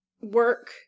work